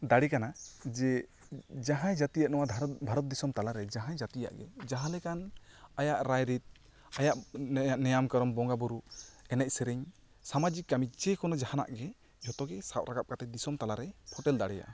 ᱫᱟᱲᱮ ᱠᱟᱱᱟ ᱡᱮ ᱡᱟᱦᱟᱸᱭ ᱡᱟᱹᱛᱤᱭᱟᱜ ᱱᱚᱣᱟ ᱵᱷᱟᱨᱚᱛ ᱫᱤᱥᱚᱢ ᱛᱟᱞᱟ ᱨᱮ ᱡᱟᱦᱟᱸᱭ ᱡᱟ ᱛᱤᱭᱟᱜ ᱜᱮ ᱡᱟᱦᱟᱞᱮᱠᱟᱱ ᱟᱭᱟᱜ ᱨᱟᱭ ᱨᱤᱛ ᱟᱭᱟᱜ ᱱᱮᱭᱟᱢ ᱠᱟᱹᱱᱩᱱ ᱵᱚᱸᱜᱟ ᱵᱳᱨᱳ ᱮᱱᱮᱡ ᱥᱮᱨᱮᱧ ᱥᱟᱢᱟᱡᱤᱠ ᱠᱟᱹᱢᱤ ᱡᱮ ᱠᱳᱱᱳ ᱡᱟᱦᱟᱱᱟᱜᱼᱜᱤ ᱡᱷᱚᱛᱚ ᱜᱮ ᱥᱟᱵ ᱨᱟᱠᱟᱵ ᱠᱟᱛᱮᱜ ᱫᱤᱥᱚᱢ ᱛᱟᱞᱟ ᱨᱮ ᱯᱷᱩᱴᱮᱞ ᱫᱟᱲᱮᱭᱟᱜ ᱟ